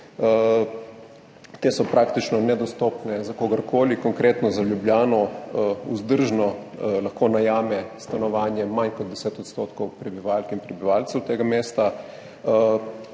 te so praktično nedostopne za kogarkoli, konkretno za Ljubljano lahko vzdržno najame stanovanje manj kot 10 % prebivalk in prebivalcev tega mesta.